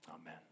Amen